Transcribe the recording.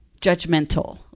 judgmental